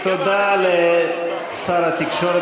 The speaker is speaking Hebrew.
תודה לשר התקשורת,